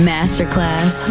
Masterclass